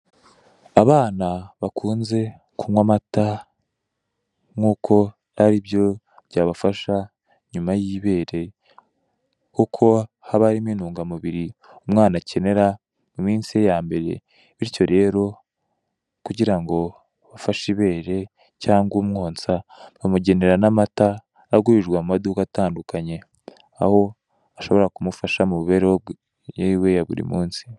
Abana bakunze kunywa amata nk'uko ari byo byabafasha nyuma y'ibere, kuko haba harimo intungamubiri umwana akenera mu minsi ye ya mbere, bityo rero kugira ngo afashe ibere cyangwa umwonsa bamugenera n'amata agurirwa mu ma maduka atandukanye aho ashobora kumufasha mu mibereho yiwe ya buri munsi.